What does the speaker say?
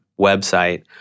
website